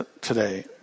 today